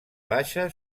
baixa